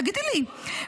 תגידי לי,